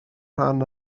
rhan